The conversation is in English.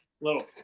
Little